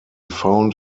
found